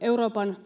Euroopan